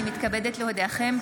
הינני מתכבדת להודיעכם,